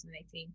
2018